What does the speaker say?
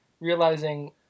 realizing